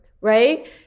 right